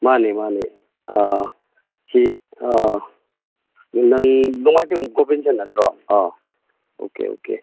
ꯃꯥꯅꯤ ꯃꯥꯅꯤ ꯁꯤ ꯅꯪ ꯅꯣꯡꯃꯥꯏꯊꯦꯝ ꯒꯣꯕꯤꯟꯁꯟ ꯅꯠꯇ꯭ꯔꯣ ꯑꯣꯀꯦ ꯑꯣꯀꯦ